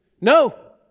no